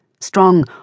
strong